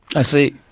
i see.